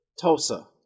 Tulsa